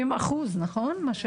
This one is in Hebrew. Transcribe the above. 70%, נכון?